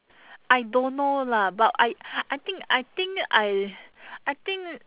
I don't know lah but I I think I think I I think